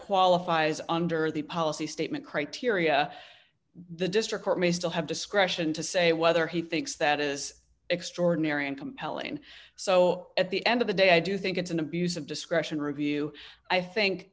qualifies under the policy statement criteria the district court may still have discretion to say whether he thinks that is extraordinary and compelling so at the end of the day i do think it's an abuse of discretion review i think